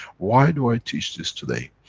why do i teach this today?